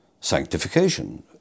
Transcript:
sanctification